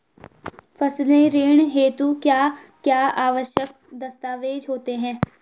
फसली ऋण हेतु क्या क्या आवश्यक दस्तावेज़ होते हैं?